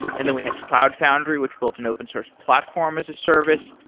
and then we had cloud foundry which built an open source platform as a service.